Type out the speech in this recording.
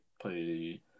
play